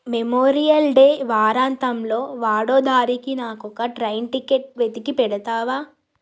memorial Day వారాంతంలో వడోదరాకి నాకొక ట్రైన్ టికెట్ వెతికి పెడతావా